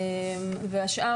נצרת